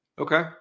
Okay